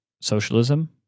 socialism